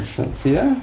Cynthia